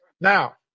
Now